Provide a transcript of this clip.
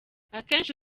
akenshi